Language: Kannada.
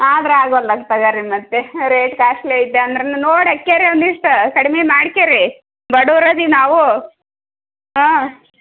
ಆದ್ರೆ ಆಗೊಲ್ಯಾಕೆ ತಗೊಳ್ರಿ ಮತ್ತೆ ಹ ರೇಟ್ ಕಾಸ್ಟ್ಲಿ ಐತೆ ಅಂದ್ರೆಯೂ ನೋಡಿ ಹಾಕ್ಯಳ್ರಿ ಒಂದಿಷ್ಟು ಕಡ್ಮೆ ಮಾಡ್ಕ್ಯಳ್ರಿ ಬಡವ್ರು ಅದಿ ನಾವು ಹಾಂ